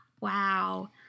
wow